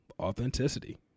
Authenticity